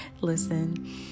Listen